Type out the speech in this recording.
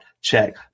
Check